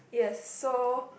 yes so